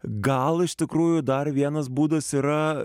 gal iš tikrųjų dar vienas būdas yra